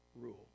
rule